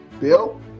Bill